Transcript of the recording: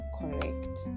correct